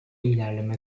ilerleme